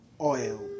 oil